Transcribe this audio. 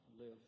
live